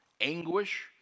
anguish